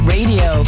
Radio